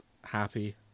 happy